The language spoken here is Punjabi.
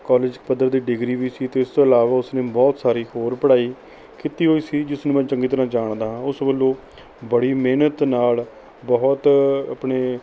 ਕਾਲੇਜ ਪੱਧਰ ਦੀ ਡਿਗਰੀ ਵੀ ਸੀ ਅਤੇ ਇਸ ਤੋਂ ਇਲਾਵਾ ਉਸਨੇ ਬਹੁਤ ਸਾਰੀ ਹੋਰ ਪੜ੍ਹਾਈ ਕੀਤੀ ਹੋਈ ਸੀ ਜਿਸਨੂੰ ਮੈਂ ਚੰਗੀ ਤਰ੍ਹਾਂ ਜਾਣਦਾ ਹਾਂ ਉਸ ਵੱਲੋਂ ਬੜੀ ਮਿਹਨਤ ਨਾਲ਼ ਬਹੁਤ ਆਪਣੇ